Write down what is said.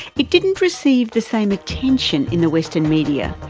it didn't receive the same attention in the western media,